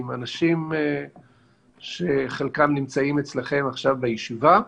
עם אנשים שחלקם נמצאים אצלכם עכשיו בישיבה,